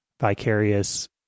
vicarious